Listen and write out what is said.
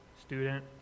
student